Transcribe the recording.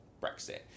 Brexit